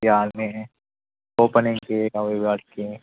ఇకా ఆమె ఓపెనింగ్కి